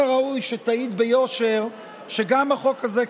הראוי שתעיד ביושר שגם הצעת החוק הזו,